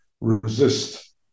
resist